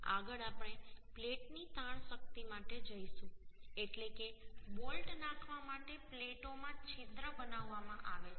આગળ આપણે પ્લેટની તાણ શક્તિ માટે જઈશું એટલે કે બોલ્ટ નાખવા માટે પ્લેટોમાં છિદ્ર બનાવવામાં આવે છે